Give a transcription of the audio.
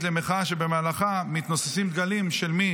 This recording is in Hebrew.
לבין מחאה שבמהלכה מתנוססים דגלים של מי